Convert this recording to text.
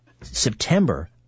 September